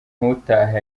ntutahe